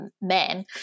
men